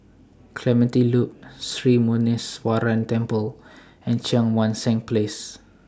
Clementi Loop Sri Muneeswaran Temple and Cheang Wan Seng Place